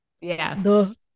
Yes